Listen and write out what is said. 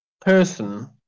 Person